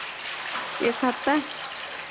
एक हफ्ता